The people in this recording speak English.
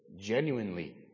genuinely